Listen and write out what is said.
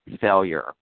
failure